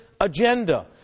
agenda